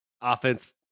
Offense